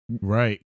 right